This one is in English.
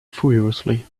furiously